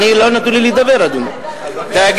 אני, לא נתנו לי לדבר, אדוני.